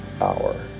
hour